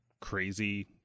crazy